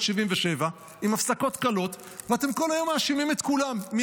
1977 כל היום אתם בשלטון עם הפסקות קלות,